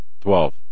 Twelve